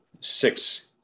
six